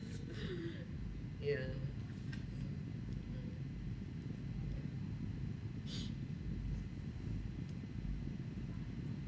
yeah